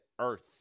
Earth